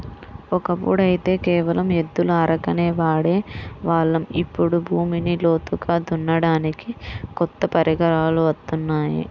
ఒకప్పుడైతే కేవలం ఎద్దుల అరకనే వాడే వాళ్ళం, ఇప్పుడు భూమిని లోతుగా దున్నడానికి కొత్త పరికరాలు వత్తున్నాయి